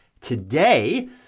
Today